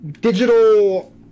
digital